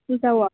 जाऊ आपण